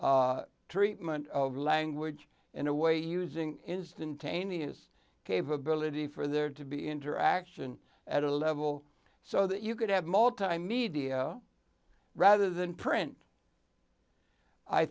treatment of language in a way using instantaneous capability for there to be interaction at a level so that you could have multimedia rather than print i